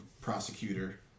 prosecutor